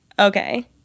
Okay